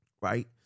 right